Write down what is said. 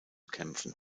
kämpfen